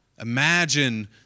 Imagine